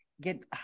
get